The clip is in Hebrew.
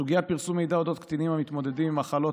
סוגיית פרסום מידע אודות קטינים המתמודדים עם מחלות